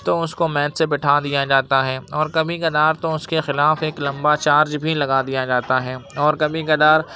تو اس کو میچ سے بیٹھا دیا جاتا ہے اور کبھی کبھار تو اس کے خلاف ایک لمبا چارج بھی لگا دیا جاتا ہے اور کبھی کبھار